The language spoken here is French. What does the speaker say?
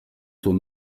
sont